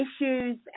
issues